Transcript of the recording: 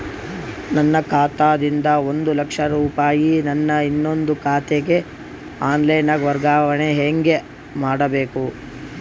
ನನ್ನ ಖಾತಾ ದಿಂದ ಒಂದ ಲಕ್ಷ ರೂಪಾಯಿ ನನ್ನ ಇನ್ನೊಂದು ಖಾತೆಗೆ ಆನ್ ಲೈನ್ ವರ್ಗಾವಣೆ ಹೆಂಗ ಮಾಡಬೇಕು?